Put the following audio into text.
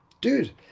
dude